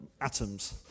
atoms